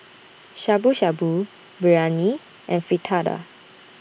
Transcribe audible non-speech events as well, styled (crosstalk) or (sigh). (noise) Shabu Shabu Biryani and Fritada